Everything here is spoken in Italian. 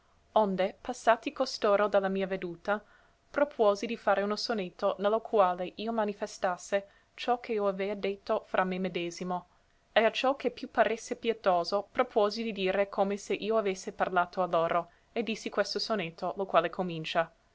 onde passati costoro da la mia veduta propuosi di fare uno sonetto ne lo quale io manifestasse ciò che io avea detto fra me medesimo e acciò che più paresse pietoso propuosi di dire come se io avesse parlato a loro e dissi questo sonetto lo quale comincia